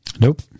Nope